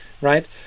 right